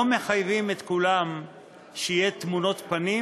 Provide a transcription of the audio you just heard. לא מחייבים את כולם שיהיו תמונות פנים